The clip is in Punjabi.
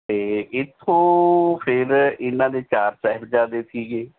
ਅਤੇ ਇੱਥੋਂ ਫਿਰ ਇਨ੍ਹਾਂ ਦੇ ਚਾਰ ਸਾਹਿਬਜ਼ਾਦੇ ਸੀਗੇ